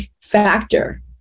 factor